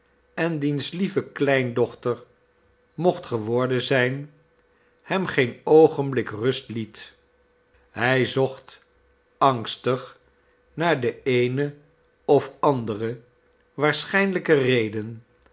en diens lieve kleindochter mocht geworden zijn hem geen oogenblik rust liet hij zocht angstig naar de eene of andere waarschijnhjke reden